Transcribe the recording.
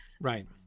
Right